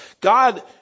God